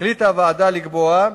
החליטה הוועדה לקבוע,